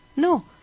No